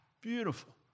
beautiful